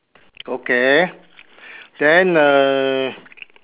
okay then err